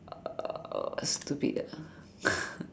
uh stupid ah